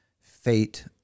fate